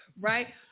Right